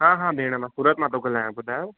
हा हा भेण मां सूरत मां थो ॻाल्हायां ॿुधायो